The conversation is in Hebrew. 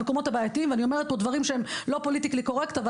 פה דברים שהם לא פוליטקלי קורקט, אבל